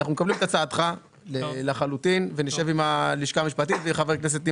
אנחנו מקבלים את הצעתך לחלוטין ונשב עם הלשכה המשפטית וחברי כנסת,